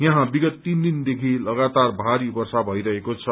यहाँ विगत तीन दिनदेखि लगातार ीारी वर्षा भइरहेको छ